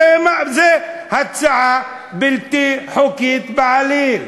זו הצעה בלתי חוקית בעליל.